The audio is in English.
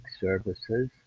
services